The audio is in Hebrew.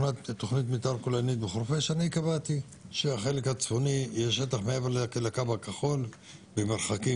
אני קבעתי שהחלק הצפוני יהיה שטח מעבר לקו הכחול במרחקים,